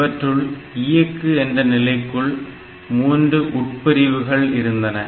இவற்றுள் இயக்கு என்ற நிலைக்குள் மூன்று உட்பிரிவுகள் இருந்தன